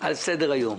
על סדר היום.